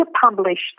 published